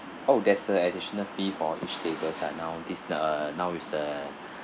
oh there's a additional fee for each tables ah now this a now is a